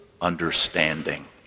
understanding